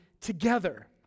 together